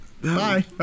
Bye